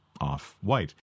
Off-white